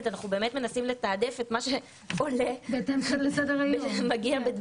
אתם מתנגדים לעניין העקרוני הזה